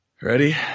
Ready